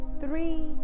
three